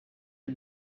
des